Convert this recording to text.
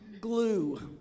glue